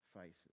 faces